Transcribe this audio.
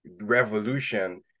revolution